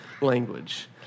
language